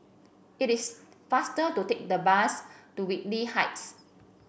it is faster to take the bus to Whitley Heights